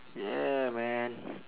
yeah man